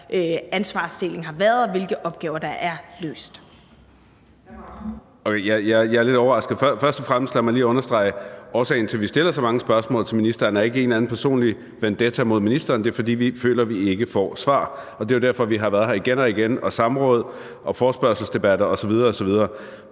Hr. Marcus Knuth. Kl. 15:34 Marcus Knuth (KF): Jeg er lidt overrasket. Lad mig først og fremmest lige understrege, at årsagen til, at vi stiller så mange spørgsmål til ministeren, ikke er en eller anden personlig vendetta mod ministeren. Det er, fordi vi føler, at vi ikke får svar. Og det er jo derfor, vi har været her igen og igen i samråd og forespørgselsdebatter osv. osv.